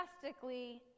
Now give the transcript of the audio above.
drastically